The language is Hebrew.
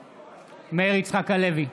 הלוי,